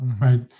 Right